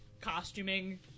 costuming